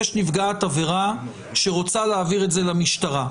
יש נפגעת עבירה שרוצה להעביר את זה למשטרה.